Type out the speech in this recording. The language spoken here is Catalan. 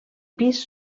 pis